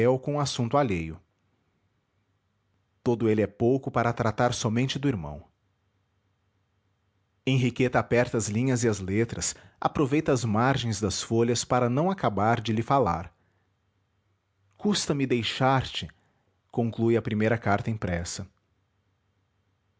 com assunto alheio todo ele é pouco para tratar somente do irmão henriqueta aperta as linhas e as letras aproveita as margens das folhas para não acabar de lhe falar custa-me deixar te conclui a primeira carta impressa